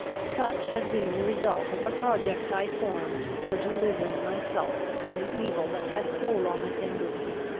such has been the result of a project i formed, for delivering myself from the evil that had so long attended me.